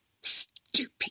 Stupid